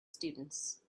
students